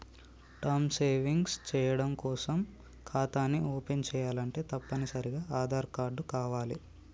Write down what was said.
term savings చెయ్యడం కోసం ఖాతాని ఓపెన్ చేయాలంటే తప్పనిసరిగా ఆదార్ కార్డు కావాలే